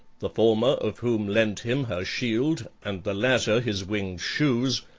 the former of whom lent him her shield and the latter his winged shoes,